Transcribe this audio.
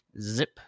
zip